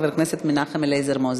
חבר הכנסת מנחם אליעזר מוזס.